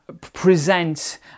present